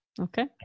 Okay